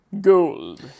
Gold